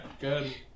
good